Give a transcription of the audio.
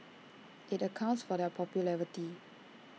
IT accounts for their popularity